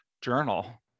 journal